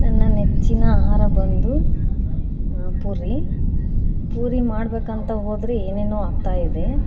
ನನ್ನ ನೆಚ್ಚಿನ ಆಹಾರ ಬಂದು ಪೂರಿ ಪೂರಿ ಮಾಡಬೇಕಂತ ಹೋದರೆ ಏನೇನೋ ಆಗ್ತಾಯಿದೆ